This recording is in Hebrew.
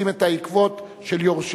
מוצאים את העקבות של יורשיהם.